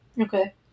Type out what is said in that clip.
Okay